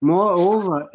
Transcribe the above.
Moreover